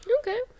Okay